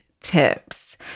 tips